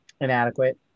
Inadequate